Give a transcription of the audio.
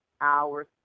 hours